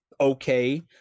okay